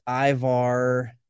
Ivar